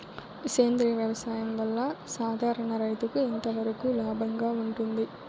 సేంద్రియ వ్యవసాయం వల్ల, సాధారణ రైతుకు ఎంతవరకు లాభంగా ఉంటుంది?